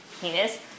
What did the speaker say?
penis